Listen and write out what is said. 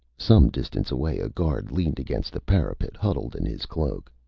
some distance away a guard leaned against the parapet, huddled in his cloak.